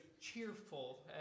cheerful